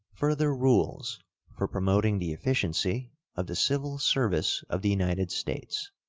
further rules for promoting the efficiency of the civil service of the united states.